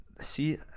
see